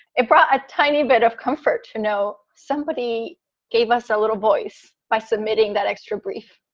it brought a tiny bit of comfort to know somebody gave us a little voice by submitting that extra brief.